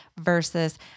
versus